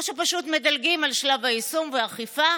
או שפשוט מדלגים על שלב היישום והאכיפה,